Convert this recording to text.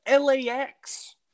LAX